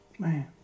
Man